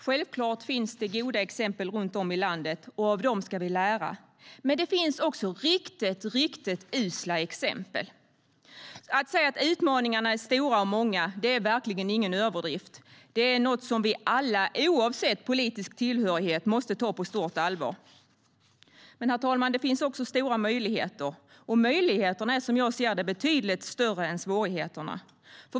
Självklart finns det goda exempel runt om i landet, och av dem ska vi lära. Men det finns också riktigt usla exempel. Att utmaningarna är stora och många är verkligen ingen överdrift. Det är något som vi alla, oavsett politisk tillhörighet, måste ta på stort allvar. Men, herr talman, det finns också stora möjligheter, och möjligheterna är som jag ser det betydligt större än svårigheterna.